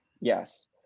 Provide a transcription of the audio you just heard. Yes